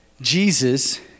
Jesus